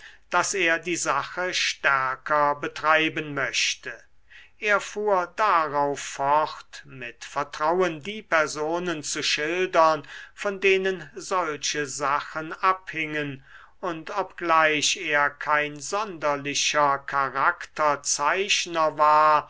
daß er die sache stärker betreiben möchte er fuhr darauf fort mit vertrauen die personen zu schildern von denen solche sachen abhingen und obgleich er kein sonderlicher charakterzeichner war